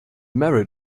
merit